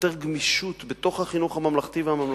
ויותר גמישות בתוך החינוך הממלכתי והממלכתי-דתי,